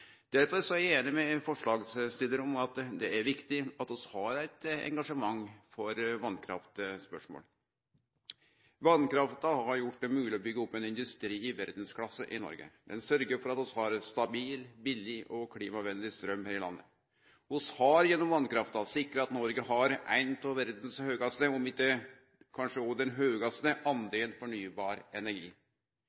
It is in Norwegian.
er eg einig med forslagsstillarane i at det er viktig at vi har eit engasjement for vasskraftspørsmål. Vasskrafta har gjort det mogleg å byggje opp ein industri i verdsklasse i Noreg. Ho sørgjer for at vi har stabil, billeg og klimavennleg straum her i landet. Gjennom vasskrafta har vi sikra at Noreg har ein av verdas høgaste – om ikkje den høgaste